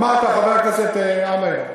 אמרת, חבר הכנסת עמאר: